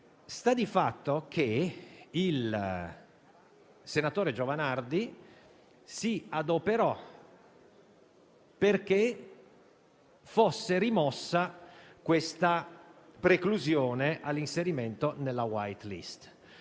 Sta di fatto che il senatore Giovanardi si adoperò perché questa preclusione all'inserimento nella w*hite list*